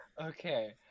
Okay